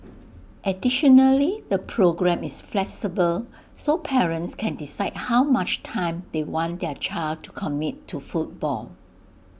additionally the programme is flexible so parents can decide how much time they want their child to commit to football